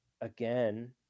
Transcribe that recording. again